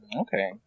Okay